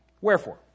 Wherefore